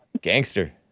Gangster